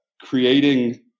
creating